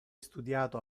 studiato